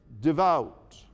devout